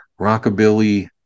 rockabilly